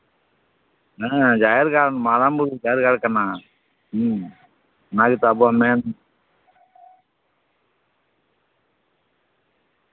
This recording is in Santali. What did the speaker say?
ᱦᱮᱸ ᱡᱟᱦᱮᱨ ᱜᱟᱲ ᱢᱟᱨᱟᱝ ᱵᱩᱨᱩ ᱡᱟᱦᱮᱨ ᱜᱟ ᱠᱟᱱᱟ ᱦᱩᱸ ᱚᱱᱟ ᱜᱮᱛᱚ ᱟᱵᱚᱣᱟᱜ ᱢᱮᱱ